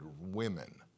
women